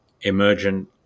emergent